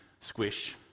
squish